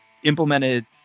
implemented